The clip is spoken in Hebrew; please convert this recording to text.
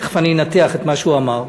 תכף אני אנתח את מה שהוא אמר,